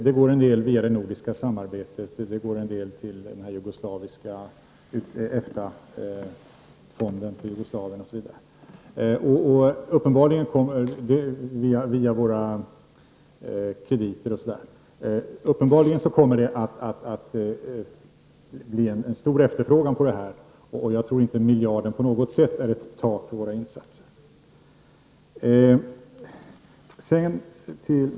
Det går en del via det nordiska samarbetet, det går en del till EFTA-fonden för Jugoslavien, via våra krediter, osv. Uppenbarligen kommer det att bli en stor efterfrågan på detta, och jag tror inte att miljarden på något sätt är ett tak för våra insatser.